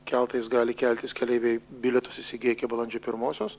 keltais gali keltis keleiviai bilietus įsigiję iki balandžio pirmosios